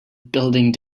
building